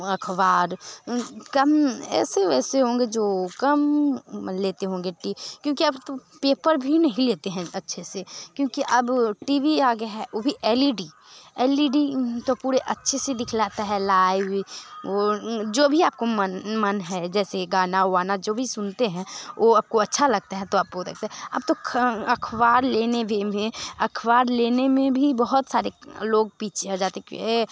अख़वार कम ऐसे वैसे होंगे जो कम लेते होंगे टी क्योंकि अब तो पेपर भी नहीं लेते हैं अच्छे से क्योंकि अब टी वी आ गया है वह भी L E D L E D तो पूरे अच्छे से दिखलाता है लाइव वह जो भी आप मन मन है जैसे गाना वाना जो भी सुनते हैं वह आपको अच्छा लगता है तो आप वह देखते हैं अब तो ख अख़बार लेने देम्हे अख़बार लेने में भी बहुत सारे लोग पीछे हो जाते हैं कि यह